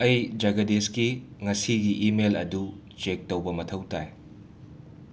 ꯑꯩ ꯖꯒꯗꯤꯁꯀꯤ ꯉꯁꯤꯒꯤ ꯏꯃꯦꯜ ꯑꯗꯨ ꯆꯦꯛ ꯇꯧꯕ ꯃꯊꯧ ꯇꯥꯏ